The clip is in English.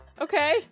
Okay